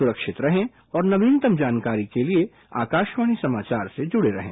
सुरक्षित रहें और नवीनतम जानकारी के लिए आकाशवाणी समाचार से जुड़े रहें